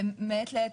מעת לעת,